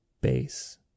base